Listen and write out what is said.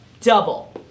double